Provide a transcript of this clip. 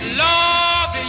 love